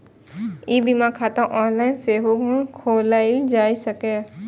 ई बीमा खाता ऑनलाइन सेहो खोलाएल जा सकैए